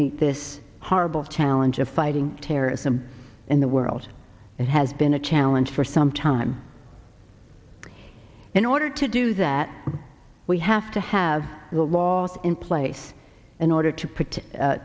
meet this horrible challenge of fighting terrorism in the world it has been a challenge for some time in order to do that we have to have the laws in place in order to